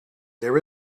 there